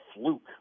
fluke